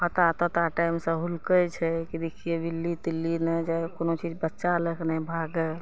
खोता तोता टाइम सऽ हुल्कै छै कि देखियै बिल्ली तिल्ली नहि जाइ कोनो चीज बच्चा लैके नहि भागय